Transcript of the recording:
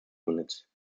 units